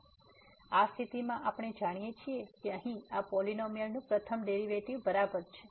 તેથી આ સ્થિતિમાં આપણે જાણીએ છીએ કે અહીં આ પોલીનોમીઅલનું પ્રથમ ડેરીવેટીવ બરાબર છે